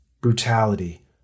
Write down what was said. brutality